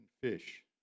fish